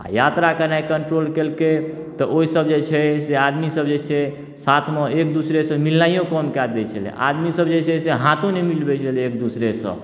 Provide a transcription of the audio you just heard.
आ यात्रा केनाइ कन्ट्रोल केलकै तऽ ओहिसँ जे छै से आदमीसब जे छै साथमे एक दोसरासँ मिलनाइओ कम कऽ दै छलै आदमीसब जे छै से हाथो नहि मिलबै छलै एक दोसरासँ